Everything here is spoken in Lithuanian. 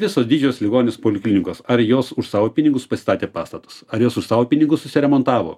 visos didžiosios ligoninės poliklinikos ar jos už savo pinigus pasistatė pastatus ar jos už savo pinigus susiremontavo